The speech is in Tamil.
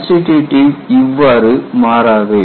கன்ஸ்டிடூட்டிவ் இவ்வாறு மாறாது